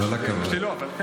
כל הכבוד.